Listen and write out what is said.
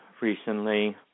recently